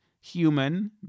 human